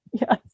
Yes